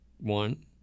one